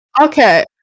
Okay